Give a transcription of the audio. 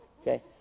okay